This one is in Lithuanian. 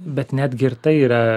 bet netgi ir tai yra